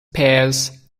pears